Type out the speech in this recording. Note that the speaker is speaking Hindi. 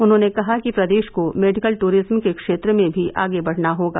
उन्होंने कहा कि प्रदेश को मेडिकल ट्रिज्म के क्षेत्र में भी आगे बढ़ना होगा